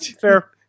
fair